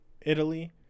Italy